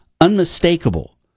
unmistakable